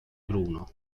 bruno